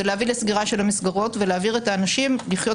זה להביא לסגירה של המסגרות ולהביא את האנשים לחיות